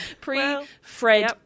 pre-fred